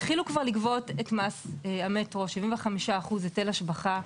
התחילו כבר לגבות את מס המטרו, 75% היטל השבחה.